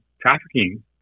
trafficking